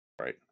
Right